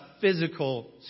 physical